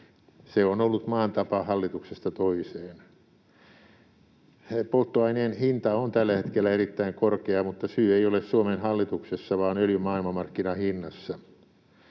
Se on ollut maan tapa hallituksesta toiseen. Polttoaineen hinta on tällä hetkellä erittäin korkea, mutta syy ei ole Suomen hallituksessa vaan öljyn maailmanmarkkinahinnassa.